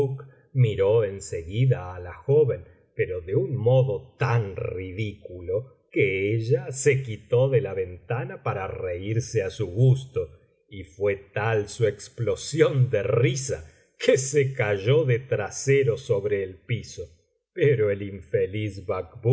miró en seguida á la joven pero de un modo tan ridículo que ella se quitó de la ventana para reírse á su gusto y fué tal su explosión de risa que se cayó de trasero sobre el piso pero el infeliz bacbuk